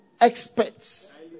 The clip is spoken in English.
Experts